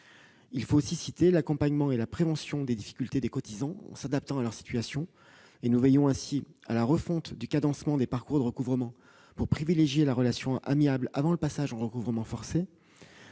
également de citer l'accompagnement et la prévention des difficultés des cotisants, en s'adaptant à leurs situations. Nous veillons ainsi à la refonte du cadencement des parcours de recouvrement pour privilégier la relation amiable avant le passage en recouvrement forcé,